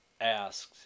asked